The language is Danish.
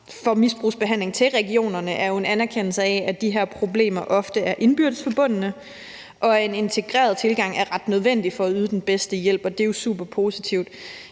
for misbrugsbehandling til regionerne er jo en anerkendelse af, at de her problemer ofte er indbyrdes forbundne, og at en integreret tilgang er ret nødvendig for at yde den bedste hjælp, og det er jo super positivt,